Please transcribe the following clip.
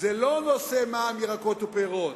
זה לא מע"מ ירקות ופירות.